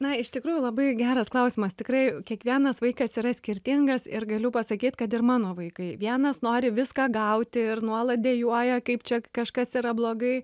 na iš tikrųjų labai geras klausimas tikrai kiekvienas vaikas yra skirtingas ir galiu pasakyt kad ir mano vaikai vienas nori viską gauti ir nuolat dejuoja kaip čia kažkas yra blogai